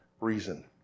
reason